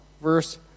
verse